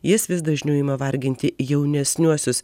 jis vis dažniau ima varginti jaunesniuosius